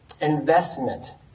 investment